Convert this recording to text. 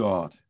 God